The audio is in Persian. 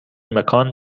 مکان